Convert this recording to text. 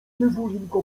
dziewulinko